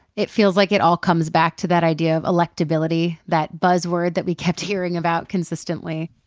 it feels like it all comes back to that idea of electability, that buzzword that we kept hearing about consistently.